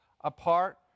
apart